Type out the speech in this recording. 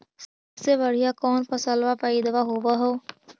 सबसे बढ़िया कौन फसलबा पइदबा होब हो?